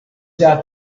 doubt